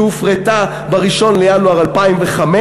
שהופרטה ב-1 בינואר 2005,